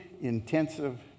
intensive